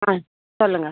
ஆ சொல்லுங்கள்